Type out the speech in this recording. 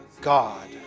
God